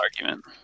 Argument